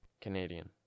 Canadian